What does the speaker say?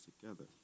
together